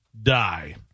Die